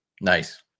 Nice